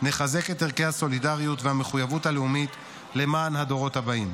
ונחזק את ערכי הסולידריות והמחויבות הלאומית למען הדורות הבאים.